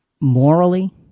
Morally